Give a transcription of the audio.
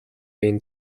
been